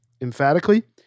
emphatically